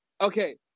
Okay